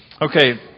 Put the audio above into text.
Okay